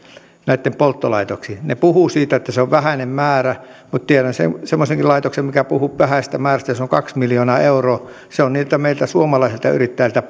näitten polttolaitoksiin ne puhuvat siitä että se on vähäinen määrä mutta tiedän semmoisenkin laitoksen mikä puhuu vähäisestä määrästä ja se on kaksi miljoonaa euroa se on meiltä suomalaisilta yrittäjiltä